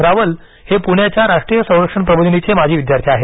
रावल हे पुण्याच्या राष्ट्रीय संरक्षण प्रबोधिनीचे माजी विद्यार्थी आहेत